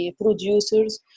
producers